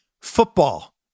Football